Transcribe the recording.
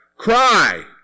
Cry